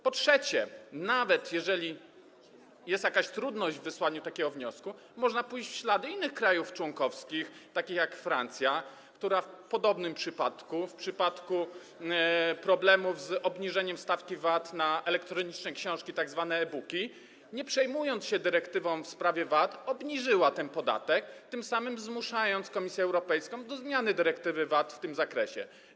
Po trzecie, nawet jeżeli jest jakaś trudność w wysłaniu takiego wniosku, można pójść w ślady innych krajów członkowskich, takich jak Francja, która w podobnym przypadku, w przypadku problemów z obniżeniem stawki VAT na elektroniczne książki, tzw. e-booki, nie przejmując się dyrektywą w sprawie VAT, obniżyła ten podatek, tym samym zmuszając Komisję Europejską do zmiany dyrektywy VAT w tym zakresie.